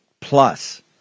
plus